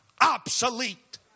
obsolete